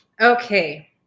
Okay